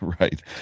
Right